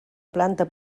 planta